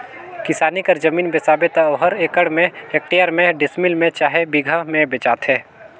किसानी कर जमीन बेसाबे त ओहर एकड़ में, हेक्टेयर में, डिसमिल में चहे बीघा में बेंचाथे